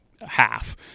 half